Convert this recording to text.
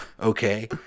Okay